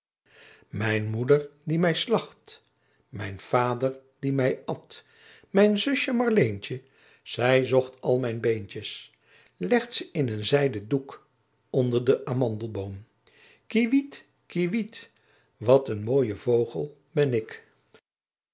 mijn moeder die mij slacht mijn vader die mij at mijn zusje marleentje zij zocht al mijn beentjes legt ze in een zijden doek onder den amandelboom kiewit kiewit wat een mooie vogel ben ik